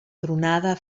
tronada